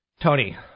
Tony